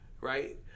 right